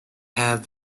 have